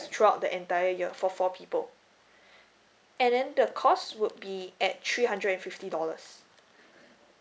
throughout the entire year for four people and then the cost would be at three hundred and fifty dollars